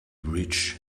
rich